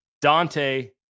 Dante